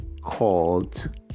called